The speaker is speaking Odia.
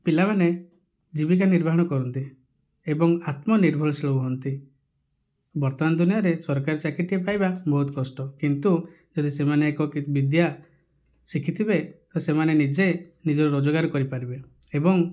ପିଲାମାନେ ଜୀବିକା ନିର୍ବାହନ କରନ୍ତି ଏବଂ ଆତ୍ମନିର୍ଭରଶୀଳ ହୁଅନ୍ତି ବର୍ତ୍ତମାନ ଦୁନିଆଁରେ ସରକାରୀ ଚକିରିଟିଏ ପାଇବା ବହୁତ କଷ୍ଟ କିନ୍ତୁ ଯଦି ସେମାନେ ଏକ କି ବିଦ୍ୟା ଶିଖିଥିବେ ତ ସେମାନେ ନିଜେ ନିଜର ରୋଜଗାର କରିପାରିବେ ଏବଂ